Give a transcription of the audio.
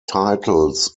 titles